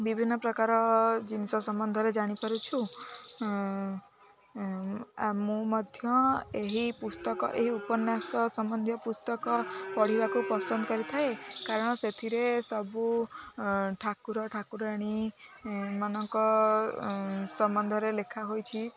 ବିଭିନ୍ନ ପ୍ରକାର ଜିନିଷ ସମ୍ବନ୍ଧରେ ଜାଣିପାରୁଛୁ ମୁଁ ମଧ୍ୟ ଏହି ପୁସ୍ତକ ଏହି ଉପନ୍ୟାସ ସମ୍ବନ୍ଧୀୟ ପୁସ୍ତକ ପଢ଼ିବାକୁ ପସନ୍ଦ କରିଥାଏ କାରଣ ସେଥିରେ ସବୁ ଠାକୁର ଠାକୁରାଣୀମାନଙ୍କ ସମ୍ବନ୍ଧରେ ଲେଖା ହୋଇଛି